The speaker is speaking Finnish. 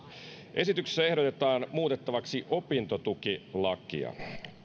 esityksessä ehdotetaan muutettavaksi opintotukilakia